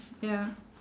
ya